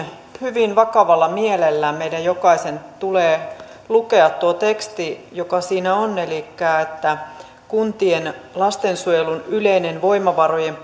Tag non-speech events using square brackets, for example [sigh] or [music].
hyvin vakavalla mielellä meidän jokaisen tulee lukea tuo teksti joka siinä on elikkä että kuntien lastensuojelun yleinen voimavarojen [unintelligible]